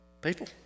people